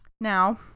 Now